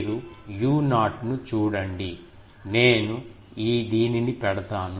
మీరు U0 ను చూడండి నేను ఈ దీనిని పెడతాను